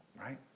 right